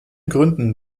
gründen